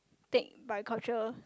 take by culture